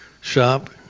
shop